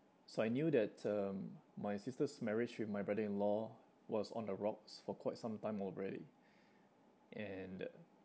so I knew that um my sister's marriage with my brother-in-law was on the rocks for quite some time already and